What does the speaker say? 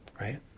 right